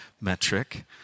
metric